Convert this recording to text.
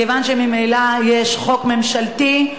מכיוון שממילא יש חוק ממשלתי,